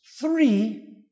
three